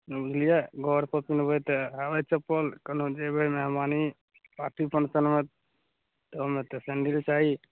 बुझलियै घरपर पेन्हबै तऽ हवाइ चप्पल केनहु जेबै मेहमानी पार्टी फंक्शनमे तऽ ओहिमे तऽ सैंडिल चाही